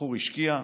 הבחור השקיע,